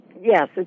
yes